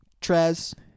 Trez